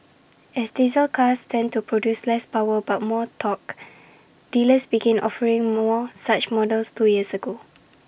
as diesel cars tend to produce less power but more torque dealers began offering more such models two years ago